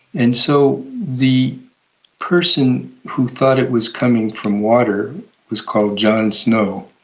and so the person who thought it was coming from water was called john snow,